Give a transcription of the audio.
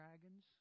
dragons